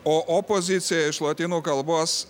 o opozicija iš lotynų kalbos